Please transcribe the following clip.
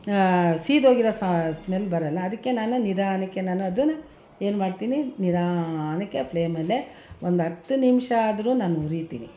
ಸೀದೋಗಿರೋ ಸ ಸ್ಮೆಲ್ ಬರೋಲ್ಲ ಅದಕ್ಕೆ ನಾನು ನಿಧಾನಕ್ಕೆ ನಾನು ಅದನ್ನು ಏನ್ಮಾಡ್ತೀನಿ ನಿಧಾನಕ್ಕೆ ಫ್ಲೇಮಲ್ಲೇ ಒಂದು ಹತ್ತು ನಿಮಿಷ ಆದ್ರೂ ನಾನು ಉರಿತೀನಿ